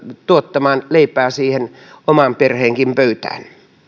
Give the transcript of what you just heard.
tuottamaan leipää siihen oman perheenkin pöytään